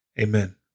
Amen